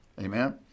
Amen